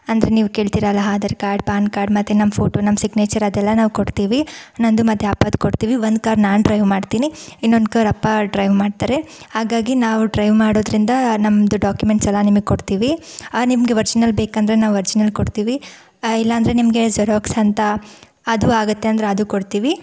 ಅಂದರೆ ನೀವು ಕೇಳ್ತೀರಲ್ಲ ಆಧಾರ್ ಕಾರ್ಡ್ ಪಾನ್ ಕಾರ್ಡ್ ಮತ್ತು ನಮ್ಮ ಫೋಟೋ ನಮ್ಮ ಸಿಗ್ನೇಚರ್ ಅದೆಲ್ಲ ನಾವು ಕೊಡ್ತೀವಿ ನನ್ನದು ಮತ್ತು ಅಪ್ಪದು ಕೊಡ್ತೀವಿ ಒಂದು ಕಾರ್ ನಾನು ಡ್ರೈವ್ ಮಾಡ್ತೀನಿ ಇನ್ನೊಂದು ಕಾರ್ ಅಪ್ಪ ಡ್ರೈವ್ ಮಾಡ್ತಾರೆ ಹಾಗಾಗಿ ನಾವು ಡ್ರೈವ್ ಮಾಡೋದ್ರಿಂದ ನಮ್ಮದು ಡಾಕ್ಯುಮೆಂಟ್ಸ್ ಎಲ್ಲ ನಿಮ್ಗೆ ಕೊಡ್ತೀವಿ ನಿಮ್ಗೆ ವರ್ಜಿನಲ್ ಬೇಕಂದರೆ ನಾವು ವರ್ಜಿನಲ್ ಕೊಡ್ತೀವಿ ಇಲ್ಲ ಅಂದರೆ ನಿಮಗೆ ಜೆರಾಕ್ಸ್ ಅಂತ ಅದೂ ಆಗತ್ತೆ ಅಂದರೆ ಅದೂ ಕೊಡ್ತೀವಿ